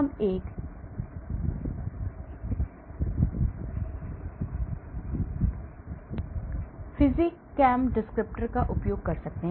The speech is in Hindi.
हम एक PhysChem डिस्क्रिप्टर का उपयोग कर सकते हैं